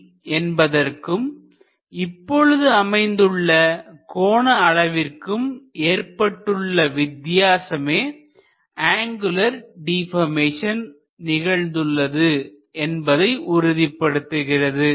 எனவே முன்னர் இருந்த 900 என்பதற்கும் இப்பொழுது அமைந்துள்ள கோண அளவிற்கும் ஏற்பட்டுள்ள வித்தியாசமே அங்குலர் டிபர்மேசன் நிகழ்ந்துள்ளது என்பதை உறுதிப்படுத்துகிறது